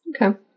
Okay